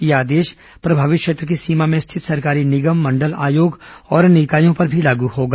यह आदेश प्रभावित क्षेत्र की सीमा में रिथित सरकारी निगम मंडल आयोग और अन्य इकाइयों पर भी लागू होगा